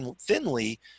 thinly